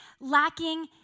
lacking